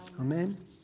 Amen